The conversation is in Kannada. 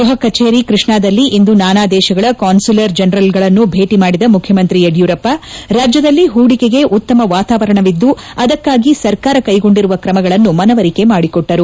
ಗೃಪ ಕಚೇರಿ ಕೃಷ್ಣಾದಲ್ಲಿ ಇಂದು ನಾನಾ ದೇಶಗಳ ಕಾನ್ಸಲರ್ ಜನರಲ್ಗಳನ್ನು ಭೇಟಿ ಮಾಡಿದ ಮುಖ್ಯಮಂತ್ರಿ ಯಡಿಯೂರಪ್ಪ ರಾಜ್ಯದಲ್ಲಿ ಪೂಡಿಕೆಗೆ ಉತ್ತಮ ವಾತವಾರಣವಿದ್ದು ಅದಕ್ಕಾಗಿ ಸರ್ಕಾರ ಕೈಗೊಂಡಿರುವ ಕ್ರಮಗಳನ್ನು ಮನವರಿಕೆ ಮಾಡಿಕೊಟ್ವರು